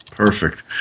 Perfect